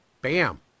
bam